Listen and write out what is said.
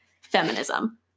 Feminism